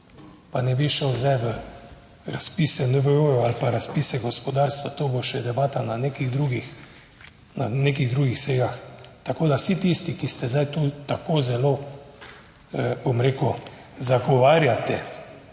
pa ne bi šel zdaj v razpise NVO ali pa razpise gospodarstva, to bo še debata na nekih drugih, na nekih drugih sejah. Tako da vsi tisti, ki ste zdaj tu tako zelo, bom rekel, zagovarjate